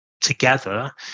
together